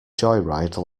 joyride